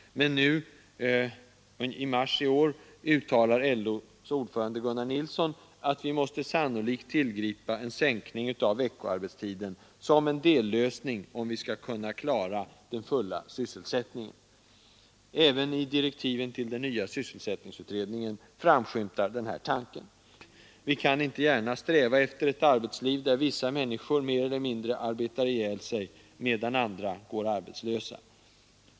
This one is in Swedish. Men i mars i år uttalade LO:s ordförande Gunnar Nilsson att vi sannolikt måste tillgripa en sänkning av veckoarbetstiden som en dellösning, om vi skall kunna klara den fulla sysselsättningen. Även i direktiven till den nya sysselsättningsutredningen framskymtar den tanken. Jag tror att det är riktigt. Vi kan inte gärna sträva efter ett arbetsliv där vissa människor mer eller mindre arbetar ihjäl sig, medan andra går arbetslösa.